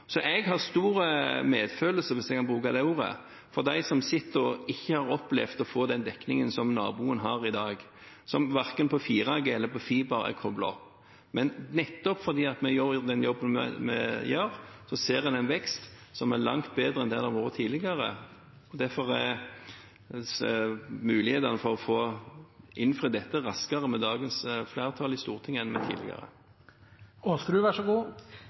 Jeg har stor medfølelse – hvis jeg kan bruke det ordet – med de som sitter og ikke har opplevd å få den dekningen som naboen har i dag, som verken er koblet opp på 4G eller på fiber. Men nettopp fordi vi gjør den jobben vi gjør, ser en en vekst som er langt bedre enn det den har vært tidligere. Derfor er mulighetene for å få innfridd dette raskere med dagens flertall i Stortinget enn med tidligere. Jeg takker for så